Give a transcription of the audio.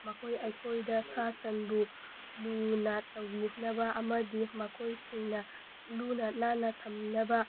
ꯃꯈꯣꯏ ꯑꯩꯈꯣꯏꯗ ꯁꯥ ꯁꯟꯕꯨ ꯂꯨꯅ ꯇꯧꯕꯤꯅꯕ ꯑꯃꯗꯤ ꯃꯈꯣꯏꯁꯤꯡꯅ ꯂꯨꯅ ꯅꯥꯟꯅ ꯊꯝꯅꯕ